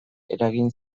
eragin